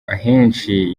ahenshi